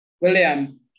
William